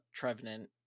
Trevenant